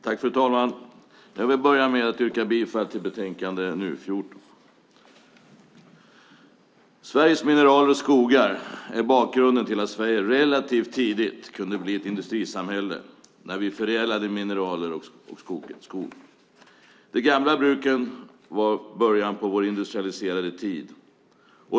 Fru talman! Jag vill börja med att yrka bifall till utskottets förslag i betänkande NU14. Sveriges mineraler och skogar är bakgrunden till att Sverige relativt tidigt kunde bli ett industrisamhälle när vi förädlade mineraler och skog. De gamla bruken var början på vår industrialiserade tid.